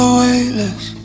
weightless